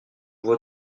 vois